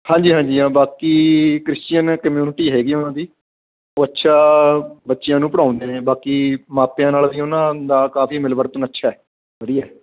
ਹਾਂਜੀ ਹਾਂਜੀ ਹਾਂ ਬਾਕੀ ਕ੍ਰਿਸ਼ਚਨ ਕਮਿਊਨਿਟੀ ਹੈਗੀ ਉਹਨਾਂ ਦੀ ਅੱਛਾ ਬੱਚਿਆਂ ਨੂੰ ਪੜ੍ਹਾਉਂਦੇ ਨੇ ਬਾਕੀ ਮਾਪਿਆਂ ਨਾਲ ਵੀ ਉਹਨਾਂ ਦਾ ਕਾਫੀ ਮਿਲਵਰਤਨ ਅੱਛਾ ਵਧੀਆ